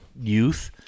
youth